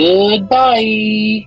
Goodbye